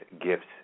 gifts